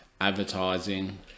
advertising